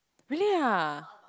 really ah